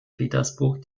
petersburg